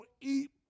eat